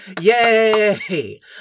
yay